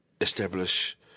establish